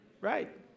Right